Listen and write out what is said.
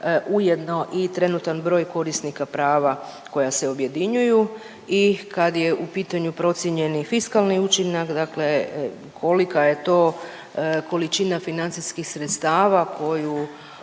ujedno i trenutan broj korisnika prava koja se objedinjuju. I kad je u pitanju procijenjeni fiskalni učinak, dakle kolika je to količina financijskih sredstava koju